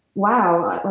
wow. like,